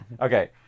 Okay